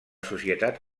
societat